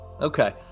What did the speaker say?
Okay